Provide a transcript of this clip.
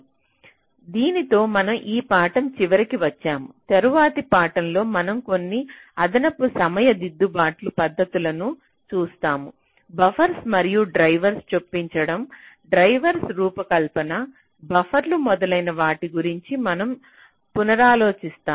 దీనితో మనం ఈ పాఠం చివరికి వచ్చాము తరువాతి పాఠంలో మనం కొన్ని అదనపు సమయ దిద్దుబాటు పద్ధతులను చూస్తాము బఫర్లు మరియు డ్రైవర్ల చొప్పించడం డ్రైవర్ల రూపకల్పన బఫర్లు మొదలైన వాటి గురించి మనం పునరాలోచిస్తాము